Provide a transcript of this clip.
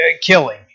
killing